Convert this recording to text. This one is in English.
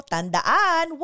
Tandaan